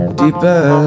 deeper